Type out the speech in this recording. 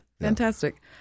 Fantastic